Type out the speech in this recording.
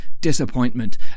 Disappointment